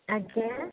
ଆଜ୍ଞା